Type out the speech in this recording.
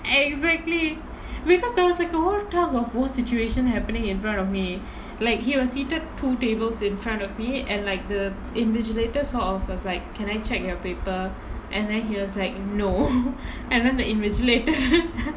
exactly because there was a whole tug of war situation happening in front of me like he was seated two tables in front of me and like the invigilators sort of were like can I check your paper and then he was like no and then the invigilator